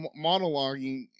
monologuing